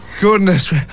Goodness